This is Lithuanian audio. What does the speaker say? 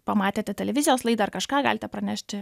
pamatėte televizijos laidą ar kažką galite pranešti